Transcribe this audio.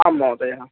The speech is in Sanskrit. आम् महोदयः